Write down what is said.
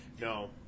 No